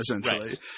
essentially